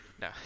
No